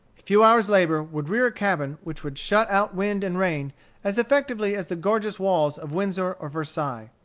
a few hours' labor would rear a cabin which would shut out wind and rain as effectually as the gorgeous walls of windsor or versailles.